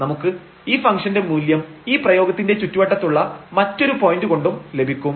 നമുക്ക് ഈ ഫംഗ്ഷന്റെ മൂല്യം ഈ പ്രയോഗത്തിന്റെ ചുറ്റുവട്ടത്തുള്ള മറ്റൊരു പോയിന്റ് കൊണ്ടും ലഭിക്കും